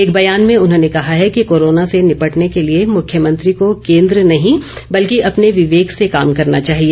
एक बयान में उन्होंने कहा है कि कोरोना से निपटने के लिए मुख्यमंत्री को केंद्र नहीं बल्कि अपने विवेक से काम करना चाहिए